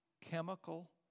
chemical